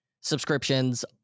subscriptions